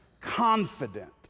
Confident